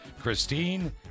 Christine